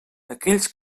aquells